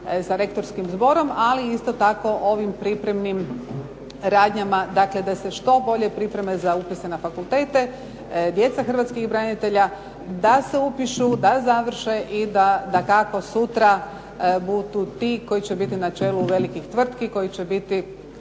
sa rektorskim zborom, ali isto tako ovim pripremnim radnjama, dakle da se što bolje pripreme za upise na fakultete, djeca hrvatskih branitelja da se upiše, da završe i da dakako sutra budu ti koji će biti na čelu velikih tvrtki, koji će biti